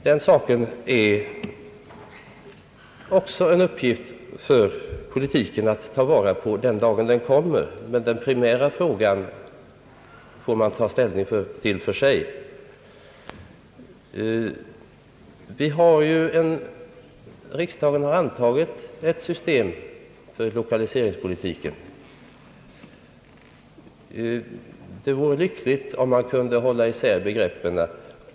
Den frågan får man ta ställning till då den kommer, den primära frågan får man ta ställning till för sig. Riksdagen har antagit ett system för lokaliseringspolitiken. Det vore lyckligt om man kunde hålla isär begreppen.